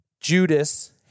Judas